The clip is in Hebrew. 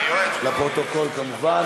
לפרוטוקול כמובן.